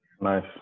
Nice